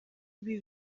ibi